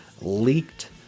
leaked